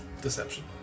Deception